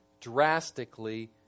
drastically